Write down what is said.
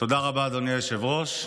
תודה רבה, אדוני היושב-ראש.